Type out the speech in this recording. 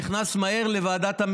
נכנס מהר לוועדה,